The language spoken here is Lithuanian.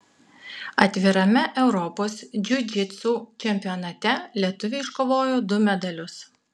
atvirame europos džiudžitsu čempionate lietuviai iškovojo du medalius